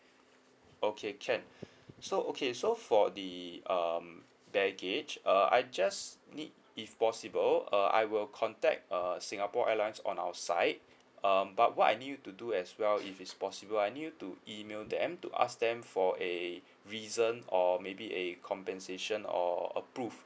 okay can so okay so for the um baggage uh I just need if possible uh I will contact uh singapore airlines on our side um but what I need you to do as well if it's possible I need you to email them to ask them for a reason or maybe a compensation or approve